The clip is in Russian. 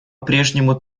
прежнему